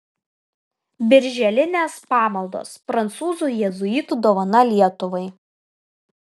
birželinės pamaldos prancūzų jėzuitų dovana lietuvai